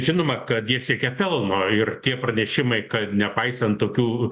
žinoma kad jie siekia pelno ir tie pranešimai kad nepaisant tokių